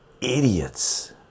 idiots